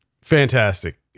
fantastic